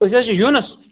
أسۍ حظ چھُ یوٗنس